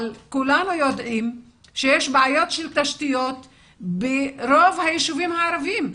אבל כולנו יודעים שיש בעיות של תשתיות ברוב היישובים הערביים.